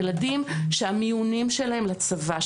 ילדים שהמיונים שלהם לצבא,